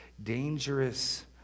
dangerous